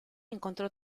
encontró